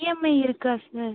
EMI இருக்கா sir